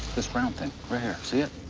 this round thing, right here, see it?